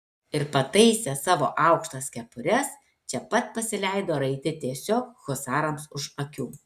ir pataisę savo aukštas kepures čia pat pasileido raiti tiesiog husarams už akių